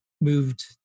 moved